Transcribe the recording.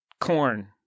corn